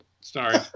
Sorry